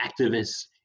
activists